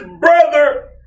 brother